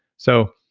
so,